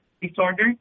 disorder